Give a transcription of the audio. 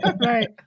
Right